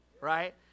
right